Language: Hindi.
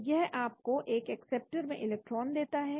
तो यह आपको एक एक्सेप्टर में इलेक्ट्रॉन देता है